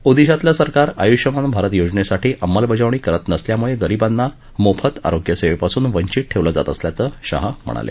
ओदिशातलं सरकार आयुष्यमान भारत योजनेची अंमलबजावणी करत नसल्यामुळे गरीबांना मोफत आरोग्यसेवेपासून वंचित ठेवलं जात असल्याचं शहा म्हणाले